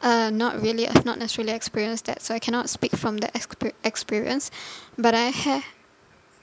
uh not really I've not naturally experience that so I cannot speak from that exper~ experience but I have